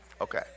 Okay